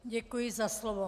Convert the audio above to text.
Děkuji za slovo.